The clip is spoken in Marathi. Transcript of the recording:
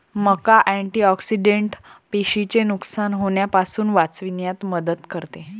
मका अँटिऑक्सिडेंट पेशींचे नुकसान होण्यापासून वाचविण्यात मदत करते